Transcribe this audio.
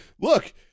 Look